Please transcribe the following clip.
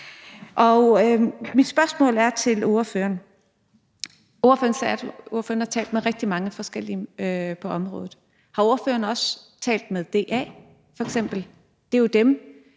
har et spørgsmål til ordføreren. Ordføreren har talt med rigtig mange forskellige på området. Har ordføreren også talt med f.eks. DA? Det er jo dem,